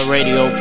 Radio